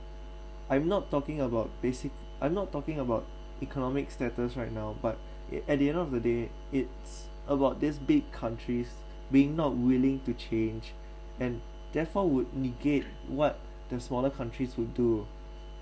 I'm not talking about basic I'm not talking about economic status right now but at the end of the day it's about these big countries being not willing to change and therefore would negate what the smaller countries would do